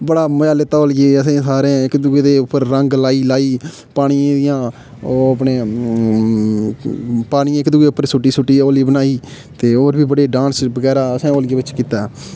बड़ा मजा लैता होलिये ई असें सारें इक दूऐ उप्पर रंग लाई लाई पानियें दियां ओह् अपने पानी इक दूऐ उप्पर सुट्टी सुट्टी होली बनाई ते होर बी बड़े डांस बगैरा असें होलिये बिच कीता